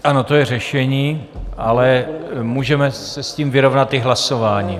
Ano, to je řešení, ale můžeme se s tím vyrovnat i hlasováním.